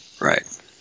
Right